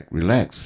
relax